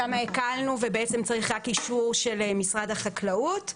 שם הקלנו וצריך רק אישור של משרד החקלאות.